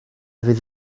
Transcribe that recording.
fydd